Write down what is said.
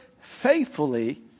faithfully